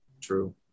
True